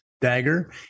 dagger